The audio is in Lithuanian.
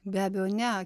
be abejo ne